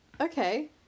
Okay